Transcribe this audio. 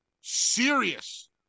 serious